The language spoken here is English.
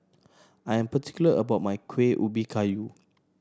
I am particular about my Kuih Ubi Kayu